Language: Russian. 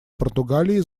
португалии